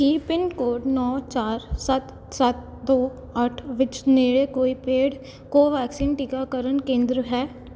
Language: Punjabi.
ਕੀ ਪਿੰਨਕੋਡ ਨੌਂ ਚਾਰ ਸੱਤ ਸੱਤ ਦੋ ਅੱਠ ਵਿੱਚ ਨੇੜੇ ਕੋਈ ਪੇਡ ਕੋਵੈਕਸਿਨ ਟੀਕਾਕਰਨ ਕੇਂਦਰ ਹੈ